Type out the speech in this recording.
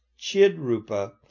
Chidrupa